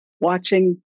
watching